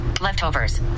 Leftovers